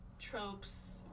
Tropes